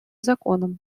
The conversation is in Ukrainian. законом